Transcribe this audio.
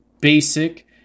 basic